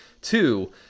Two